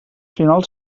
final